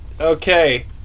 okay